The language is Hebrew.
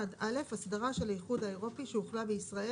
"(1א) אסדרה של האיחוד האירופי שהוחלה בישראל